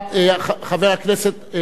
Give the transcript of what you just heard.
בבקשה,